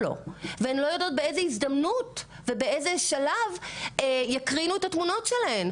או לא והן לא יודעות באיזה הזדמנות ובאיזה שלב יקרינו את התמונות שלהן,